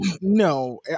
no